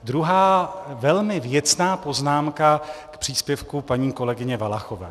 Druhá velmi věcná poznámka k příspěvku paní kolegyně Valachové.